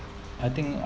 I think